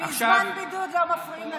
בזמן בידוד לא מפריעים לבידוד.